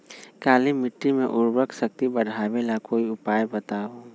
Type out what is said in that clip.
काली मिट्टी में उर्वरक शक्ति बढ़ावे ला कोई उपाय बताउ?